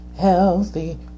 healthy